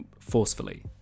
forcefully